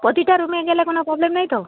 প্রতিটা রুমে গেলে কোনো প্রবলেম নেই তো